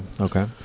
okay